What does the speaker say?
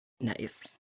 Nice